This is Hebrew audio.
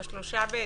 בוקר טוב לכולם,